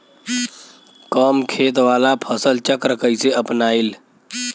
कम खेत वाला फसल चक्र कइसे अपनाइल?